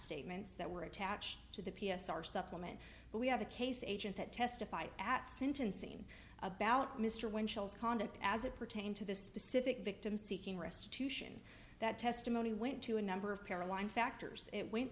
statements that were attached to the p s r supplement but we have a case agent that testified at sentencing about mr winchell's conduct as it pertained to this specific victim seeking restitution that testimony went to a number of caroline factors it went